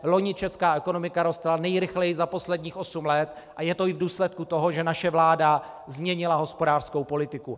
Vloni česká ekonomika rostla nejrychleji za posledních osm let a je to i v důsledku toho, že naše vláda změnila hospodářskou politiku.